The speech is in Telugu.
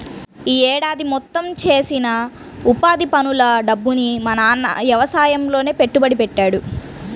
యీ ఏడాది మొత్తం చేసిన ఉపాధి పనుల డబ్బుని మా నాన్న యవసాయంలోనే పెట్టుబడి పెట్టాడు